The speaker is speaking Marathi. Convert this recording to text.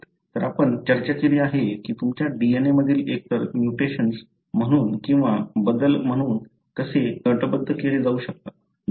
तर आपण चर्चा केली आहे की तुमच्या DNA मधील बदल एकतर म्युटेशन्स म्हणून किंवा बदल म्हणून कसे गटबद्ध केले जाऊ शकतात